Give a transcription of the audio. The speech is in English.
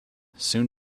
soon